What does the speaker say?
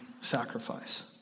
sacrifice